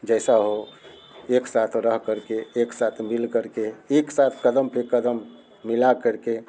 जैसा हो एक साथ रह कर के एक साथ मिल कर के एक साथ क़दम पर क़दम मिला कर के